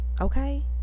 Okay